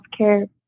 healthcare